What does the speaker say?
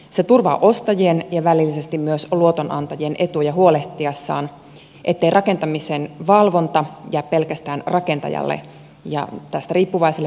se turvaa ostajien ja välillisesti myös luotonantajien etuja huolehtiessaan ettei rakentamisen valvonta jää pelkästään rakentajalle ja tästä riippuvaiselle perustajarakennuttajalle